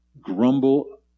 grumble